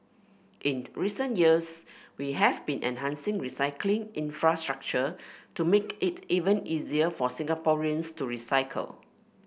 in recent years we have been enhancing recycling infrastructure to make it even easier for Singaporeans to recycle